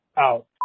out